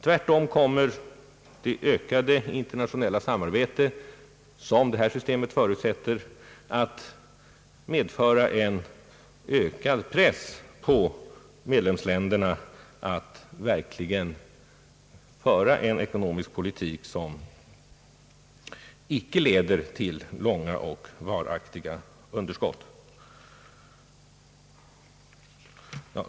Tvärtom kommer det ökade internationella samarbete, som detta system förutsätter, att medföra en ökad press på medlemsländerna att verkligen föra en ekonomisk politik som icke leder till stora och varaktiga underskott.